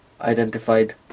identified